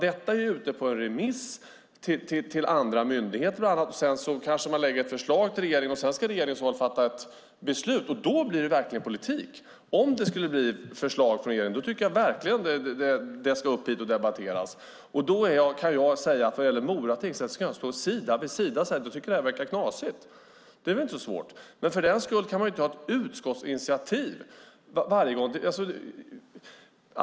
Detta är ute på remiss till andra myndigheter. Sedan kanske de lägger fram ett förslag till regeringen som sedan ska fatta ett beslut. Då blir det verkligen politik. Om det skulle bli ett förslag från regeringen tycker jag verkligen att det ska hit och debatteras. Vad gäller Mora tingsrätt kan vi stå sida vid sida och säga att förslaget verkar knasigt. Det är väl inte så svårt. Men för den skull kan man inte ta ett utskottsinitiativ.